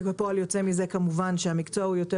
וכפועל יוצא מכך כמובן המקצוע הוא יותר